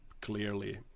clearly